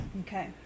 Okay